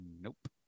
Nope